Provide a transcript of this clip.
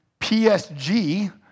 PSG